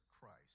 Christ